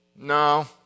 No